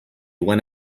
when